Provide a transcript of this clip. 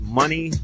money